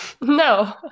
No